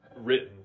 written